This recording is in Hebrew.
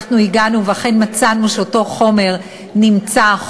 הגענו ואכן מצאנו שיש חומר אסור.